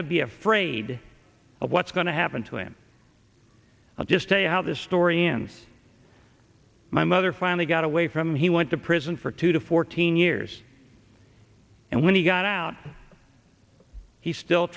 to be afraid of what's going to happen to him i'll just say how this story ends my mother finally got away from he went to prison for two to fourteen years and when he got out he still